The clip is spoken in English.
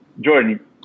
Jordan